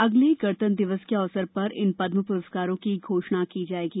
अगले गणतंत्र दिवस के अवसर पर इन पद्म पुरस्कारों की घोषणा की जायेगी